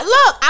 Look